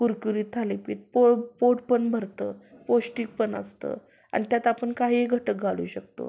कुरकुरीत थालीपीठ पोळ पोट पण भरतं पौष्टिक पण असतं आणि त्यात आपण काहीही घटक घालू शकतो